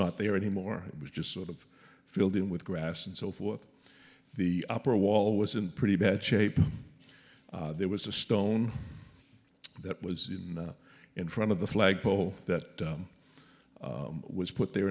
not there anymore it was just sort of filled in with grass and so forth the upper wall was in pretty bad shape there was a stone that was in in front of the flagpole that was put the